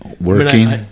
Working